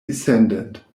descendant